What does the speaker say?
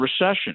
recession